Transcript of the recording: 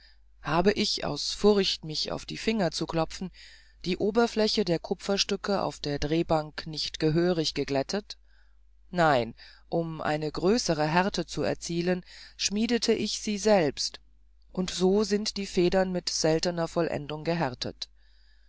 habe ich aus furcht mich auf die finger zu klopfen die oberfläche der kupferstücke auf der drehbank nicht gehörig geglättet nein um eine größere härte zu erzielen schmiedete ich sie selbst und so sind die federn mit seltener vollendung gehärtet